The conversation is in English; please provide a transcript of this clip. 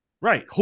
Right